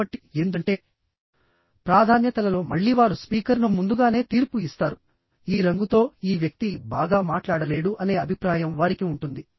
కాబట్టి ఎందుకంటే ప్రాధాన్యతలలో మళ్ళీ వారు స్పీకర్ను ముందుగానే తీర్పు ఇస్తారుఈ రంగుతో ఈ వ్యక్తి బాగా మాట్లాడలేడు అనే అభిప్రాయం వారికి ఉంటుంది